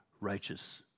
righteous